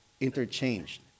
interchanged